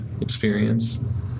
experience